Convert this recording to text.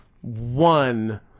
one